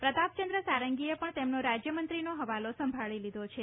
પ્રતાપ ચંદ્ર સારંગીએ પણ તેમનો રાજ્યમંત્રીનો હવાલો સંભાળી લીધો છે